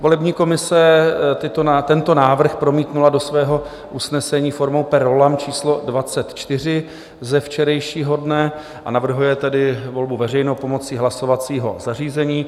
Volební komise tento návrh promítla do svého usnesení formou per rollam číslo 24 ze včerejšího dne, a navrhuje tedy volbu veřejnou pomocí hlasovacího zařízení.